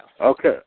Okay